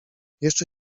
jeszcze